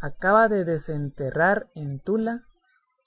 acaba de desenterrar en tula